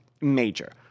major